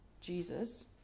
Jesus